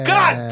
God